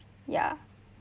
ya